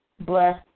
bless